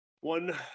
one